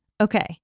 Okay